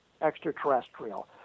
extraterrestrial